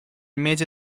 mese